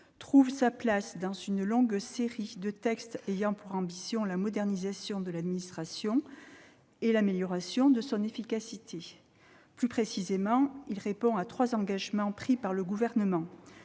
s'inscrit dans une longue série de textes ayant pour objet la modernisation de l'administration et l'amélioration de son efficacité. Plus précisément, il répond à trois engagements pris par le Gouvernement